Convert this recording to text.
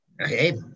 Okay